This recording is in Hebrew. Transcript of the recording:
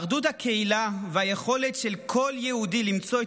אחדות הקהילה והיכולת של כל יהודי למצוא את